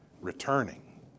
returning